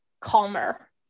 calmer